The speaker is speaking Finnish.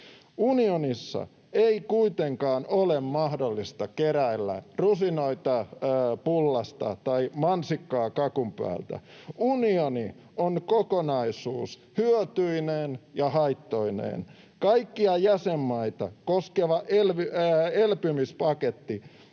Unionissa ei kuitenkaan ole mahdollista keräillä rusinoita pullasta tai mansikkaa kakun päältä. Unioni on kokonaisuus hyötyineen ja haittoineen. Kaikkia jäsenmaita koskeva elpymispaketti